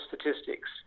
statistics